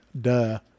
Duh